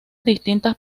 distintas